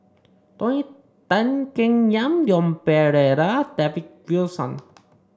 Tony Tan Keng Yam Leon Perera and David Wilson